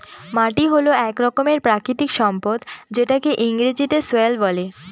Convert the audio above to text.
মাটি হল এক রকমের প্রাকৃতিক সম্পদ যেটাকে ইংরেজিতে সয়েল বলে